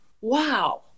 Wow